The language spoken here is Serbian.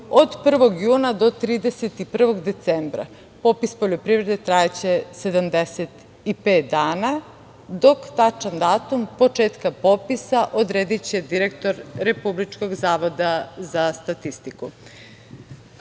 od 1. juna do 31. decembra. Popis poljoprivrede trajaće 75 dana, dok tačan datum početka popisa odrediće direktor Republičkog zavoda za statistiku. Sprovođenje